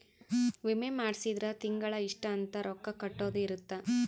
ವಿಮೆ ಮಾಡ್ಸಿದ್ರ ತಿಂಗಳ ಇಷ್ಟ ಅಂತ ರೊಕ್ಕ ಕಟ್ಟೊದ ಇರುತ್ತ